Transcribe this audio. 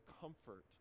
comfort